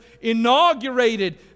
inaugurated